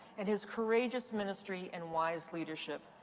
and his courageous ministry and wise leadership.